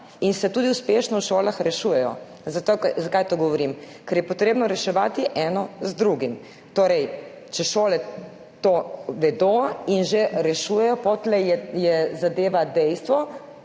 in se tudi uspešno v šolah rešuje. Zakaj to govorim? Ker je treba reševati eno z drugim. Torej, če šole to vedo in že rešujejo, potem je zadeva dejstvo,